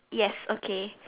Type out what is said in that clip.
yes okay